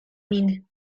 min